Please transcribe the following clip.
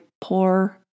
poor